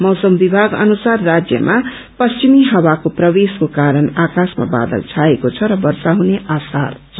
मौसम विभाग अनुसार राज्यमा पश्चिमी हावाको प्रवेशको कारण आकाशमा बादल छाएको छ र वर्षा हुने आसार छ